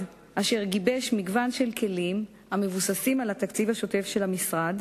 אשר גיבש מגוון של כלים המבוססים על התקציב השוטף של המשרד,